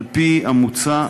על-פי המוצע,